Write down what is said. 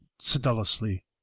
sedulously